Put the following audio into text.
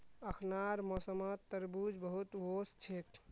अखनार मौसमत तरबूज बहुत वोस छेक